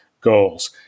goals